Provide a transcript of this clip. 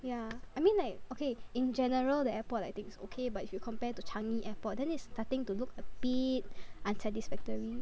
ya I mean like okay in general the airport I think it's okay but if you compare to Changi airport then it's starting to look a bit unsatisfactory